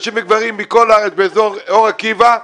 נשים וגברים מכל הארץ באזור אור עקיבא,